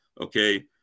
Okay